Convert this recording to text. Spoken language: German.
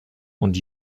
und